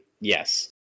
Yes